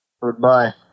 Goodbye